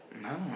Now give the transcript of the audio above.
No